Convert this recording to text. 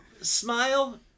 smile